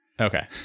Okay